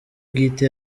bwite